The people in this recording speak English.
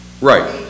Right